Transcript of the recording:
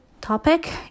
topic